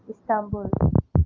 Istanbul